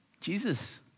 Jesus